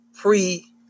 pre